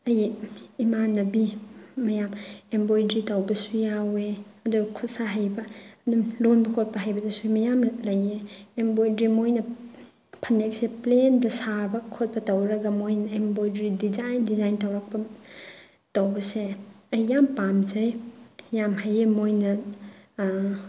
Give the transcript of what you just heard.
ꯑꯩ ꯏꯃꯥꯟꯅꯕꯤ ꯃꯌꯥꯝ ꯏꯝꯕꯣꯏꯗ꯭ꯔꯤ ꯇꯧꯕꯁꯨ ꯌꯥꯎꯏ ꯑꯗꯨꯒ ꯈꯨꯠ ꯁꯥ ꯍꯩꯕ ꯑꯗꯨꯝ ꯂꯣꯟꯕ ꯈꯣꯠꯄ ꯍꯥꯏꯕꯗꯁꯨ ꯃꯌꯥꯝꯃ ꯂꯩꯌꯦ ꯏꯝꯕꯣꯏꯗ꯭ꯔꯤ ꯃꯣꯏꯅ ꯐꯅꯦꯛꯁꯦ ꯄ꯭ꯂꯦꯟꯗ ꯁꯥꯕ ꯈꯣꯠꯄ ꯇꯧꯔꯒ ꯃꯣꯏꯅ ꯏꯝꯕꯣꯏꯗ꯭ꯔꯤ ꯗꯤꯖꯥꯏꯟ ꯗꯤꯖꯥꯏꯟ ꯇꯧꯔꯛꯄ ꯇꯧꯕꯁꯦ ꯑꯩ ꯌꯥꯝ ꯄꯥꯝꯖꯩ ꯌꯥꯝ ꯍꯩꯌꯦ ꯃꯣꯏꯅ